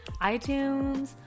itunes